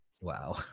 Wow